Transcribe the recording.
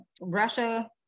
Russia